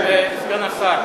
סגן השר,